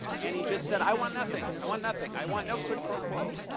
and he just said i want nothing, i want nothing i want no quid pro quo.